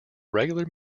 regular